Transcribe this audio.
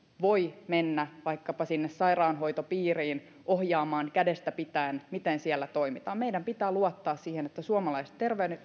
voi mennä vaikkapa sinne sairaanhoitopiiriin ohjaamaan kädestä pitäen miten siellä toimitaan meidän pitää luottaa kriisitilanteissakin siihen että suomalaiset